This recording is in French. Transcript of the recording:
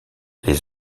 les